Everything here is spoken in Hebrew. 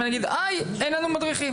שני מטוסים.